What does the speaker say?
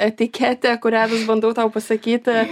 etiketė kurią bandau tau pasakyti